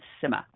simmer